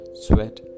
sweat